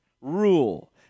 Rule